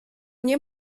nie